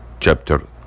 Chapter